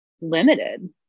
limited